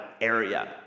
area